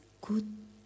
good